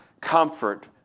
comfort